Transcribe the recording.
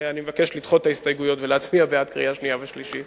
אני מבקש לדחות את ההסתייגויות ולהצביע בעד בקריאה שנייה וקריאה שלישית.